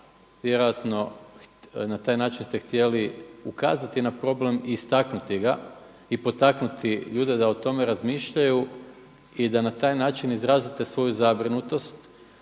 vjerojatno na taj način ste htjeli ukazati na problem i istaknuti ga i potaknuti ljude da o tome razmišljaju i da na taj način izrazite svoju zabrinutost